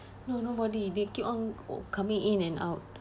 no nobody they keep on o~ coming in and out